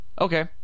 Okay